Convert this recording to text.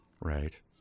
Right